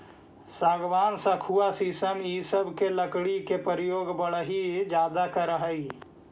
सागवान, सखुआ शीशम इ सब के लकड़ी के प्रयोग बढ़ई ज्यादा करऽ हई